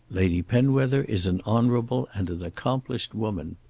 lady penwether is an honourable and an accomplished woman.